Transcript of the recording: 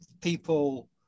People